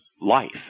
Life